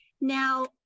Now